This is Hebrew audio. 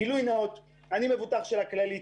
גילוי נאות: אני מבוטח של הכללית,